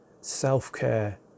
self-care